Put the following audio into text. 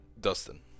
Dustin